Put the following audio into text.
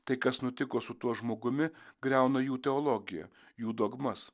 tai kas nutiko su tuo žmogumi griauna jų teologiją jų dogmas